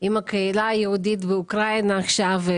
עם הקהילה היהודית באוקראינה עכשיו,